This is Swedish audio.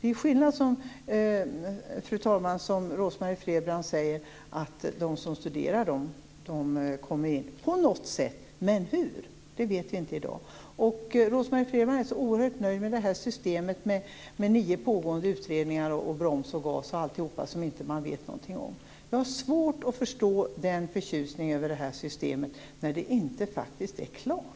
Rose-Marie Frebran säger, fru talman, att de som studerar kommer in på något sätt. Men hur vet vi inte i dag. Rose-Marie Frebran är oerhört nöjd med systemet med nio pågående utredningar, broms och gas, och allt som man inte vet någonting om. Jag har svårt att förstå den förtjusningen över det här systemet när det inte är klart.